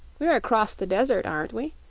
we're across the desert, aren't we?